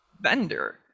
vendor